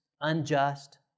unjust